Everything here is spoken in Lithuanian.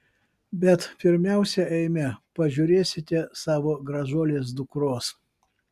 bet pirmiausia eime pažiūrėsite savo gražuolės dukros